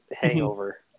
Hangover